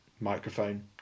microphone